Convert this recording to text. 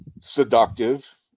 seductive